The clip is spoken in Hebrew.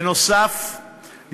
נוסף על כך,